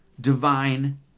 Divine